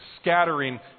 scattering